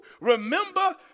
Remember